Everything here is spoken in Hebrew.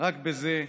רק בזה.